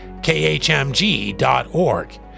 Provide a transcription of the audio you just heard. khmg.org